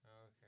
okay